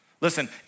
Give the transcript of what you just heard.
Listen